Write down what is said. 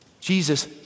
Jesus